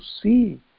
see